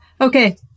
okay